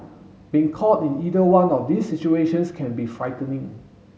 being caught in either one of these situations can be frightening